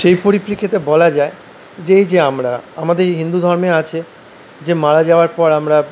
সেই পরিপ্রেক্ষিতে বলা যায় যে এই যে আমরা আমাদের হিন্দু ধর্মে আছে যে মারা যাওয়ার পর আমরা